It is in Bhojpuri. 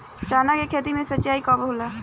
चना के खेत मे सिंचाई कब होला?